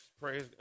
praise